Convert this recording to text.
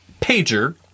pager